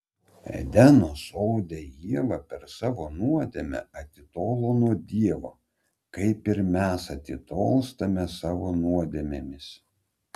edeno sode ieva per savo nuodėmę atitolo nuo dievo kaip ir mes atitolstame savo nuodėmėmis